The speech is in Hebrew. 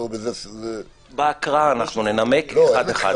בהקראה אנחנו ננמק אחד-אחד.